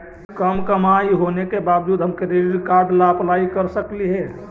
कम कमाई होने के बाबजूद हम क्रेडिट कार्ड ला अप्लाई कर सकली हे?